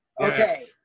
Okay